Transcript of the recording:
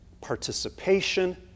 participation